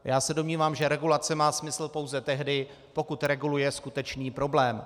Já se domnívám, že regulace má smysl pouze tehdy, pokud reguluje skutečný problém.